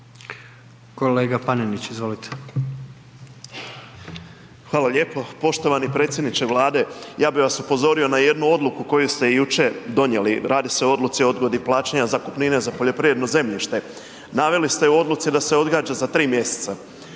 (Nezavisni)** Hvala lijepo. Poštovani predsjedniče Vlade. Ja bih vas upozorio na jednu odluku koju ste jučer donijeli, radi se o odluci o odgodi plaćanja zakupnine za poljoprivredno zemljište, naveli ste u odluci da se odgađa za tri mjeseca.